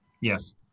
yes